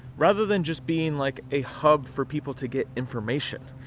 rather than just being like a hub for people to get information.